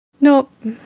Nope